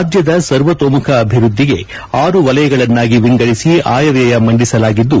ರಾಜ್ಯದ ಸರ್ವತೋಮುಖ ಅಭಿವೃದ್ದಿಗೆ ಆರು ವಲಯಗಳನ್ನಾಗಿ ವಿಂಗಡಿಸಿ ಆಯವ್ಯಯ ಮಂಡಿಸಲಾಗಿದ್ದು